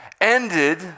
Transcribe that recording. ended